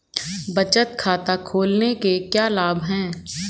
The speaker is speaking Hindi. बचत खाता खोलने के क्या लाभ हैं?